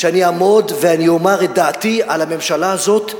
שאני אעמוד ואומר את דעתי על הממשלה הזאת,